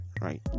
right